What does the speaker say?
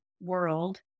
world